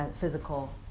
physical